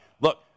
look